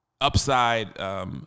Upside